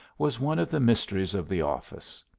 was one of the mysteries of the office.